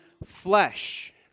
Flesh